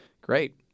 great